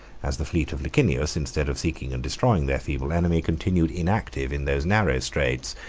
as the fleet of licinius, instead of seeking and destroying their feeble enemy, continued inactive in those narrow straits,